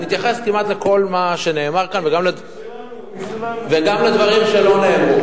אני אתייחס כמעט לכל מה שנאמר כאן וגם לדברים שלא נאמרו.